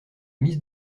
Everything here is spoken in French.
mise